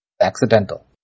accidental